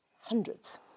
Hundreds